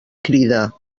crida